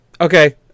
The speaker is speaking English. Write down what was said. Okay